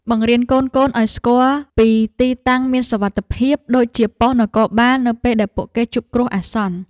បង្រៀនកូនៗឱ្យស្គាល់ពីទីតាំងមានសុវត្ថិភាពដូចជាប៉ុស្តិ៍នគរបាលនៅពេលដែលពួកគេជួបគ្រោះអាសន្ន។